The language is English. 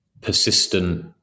persistent